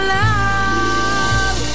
love